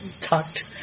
talked